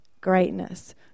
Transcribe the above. Greatness